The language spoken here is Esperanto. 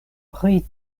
pri